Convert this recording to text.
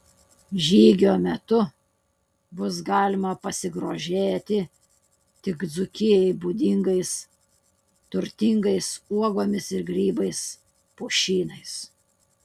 žygio metu bus galima pasigrožėti tik dzūkijai būdingais turtingais uogomis ir grybais pušynais